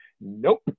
nope